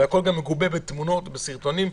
וגם הכול מגובה בתמונות וסרטונים.